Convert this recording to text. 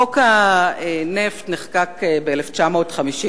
חוק הנפט נחקק ב-1952.